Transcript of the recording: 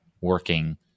working